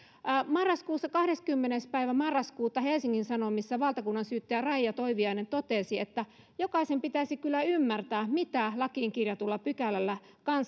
sanoa kahdeskymmenes päivä marraskuuta helsingin sanomissa valtakunnansyyttäjä raija toiviainen totesi että jokaisen pitäisi kyllä ymmärtää mitä lakiin kirjatulla pykälällä